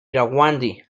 norte